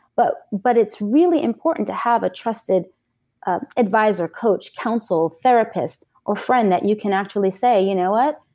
but but it's really important to have a trusted ah advisor coach, counsel, therapist, or friend that you can actually say, you know what?